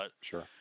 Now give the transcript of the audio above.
sure